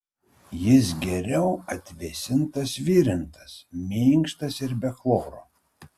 jis geriau atvėsintas virintas minkštas ir be chloro